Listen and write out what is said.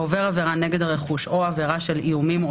העובר עבירה נגד רכוש או עבירה של איומים,